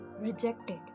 Rejected